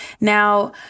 Now